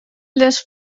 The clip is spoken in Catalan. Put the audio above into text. les